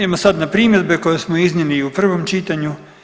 Idemo sad na primjedbe koje smo iznijeli i u prvom čitanju.